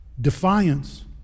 defiance